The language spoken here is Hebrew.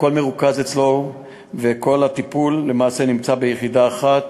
הכול מרוכז אצלו וכל הטיפול למעשה נמצא ביחידה אחת,